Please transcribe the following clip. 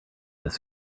this